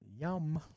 Yum